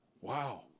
Wow